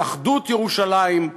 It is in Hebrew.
על אחדות ירושלים,